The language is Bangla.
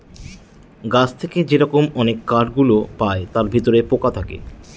গাছ থেকে যে রকম অনেক কাঠ গুলো পায় তার ভিতরে পোকা থাকে